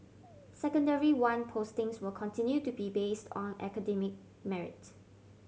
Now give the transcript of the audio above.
Secondary One postings will continue to be based on academic merit